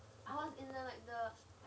I was in the like the